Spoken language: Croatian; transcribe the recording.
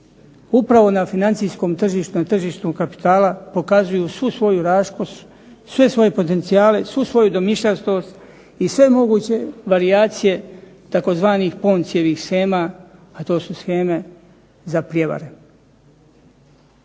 upravo na financijskom tržištu, na tržištu kapitala pokazuju svu svoju raskoš, sve svoje potencijale, svu svoju domišljatost, i sve moguće varijacije tzv. Poncijevih shema a to su sheme za prijevare.